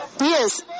Yes